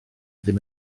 ddim